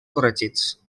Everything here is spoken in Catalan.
corregits